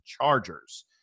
chargers